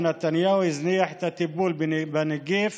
ונתניהו הזניח את הטיפול בנגיף